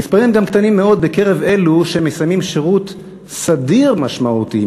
המספרים גם קטנים מאוד בקרב אלה שמסיימים שירות סדיר משמעותי.